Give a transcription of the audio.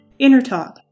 InnerTalk